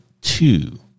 two